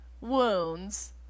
wounds